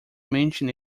mention